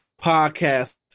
podcast